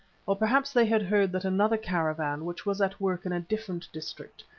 or perhaps they had heard that another caravan, which was at work in a different district,